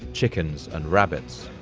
chickens, and rabbits.